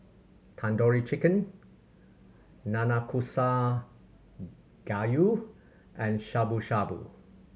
Tandoori Chicken Nanakusa Gayu and Shabu Shabu